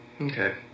Okay